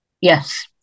yes